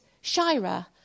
Shira